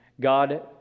God